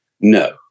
No